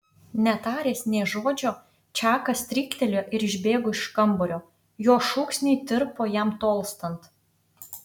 netaręs nė žodžio čakas stryktelėjo ir išbėgo iš kambario jo šūksniai tirpo jam tolstant